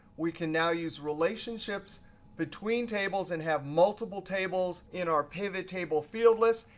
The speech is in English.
we can now use relationships between tables and have multiple tables in our pivot table field lists.